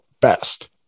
best